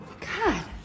god